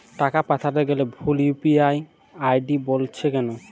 টাকা পাঠাতে গেলে ভুল ইউ.পি.আই আই.ডি বলছে কেনো?